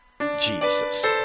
Jesus